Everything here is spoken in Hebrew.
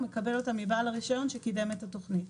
הוא מקבל אותם מבעל הרישיון שקידם את התוכנית.